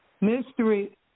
mystery